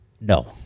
No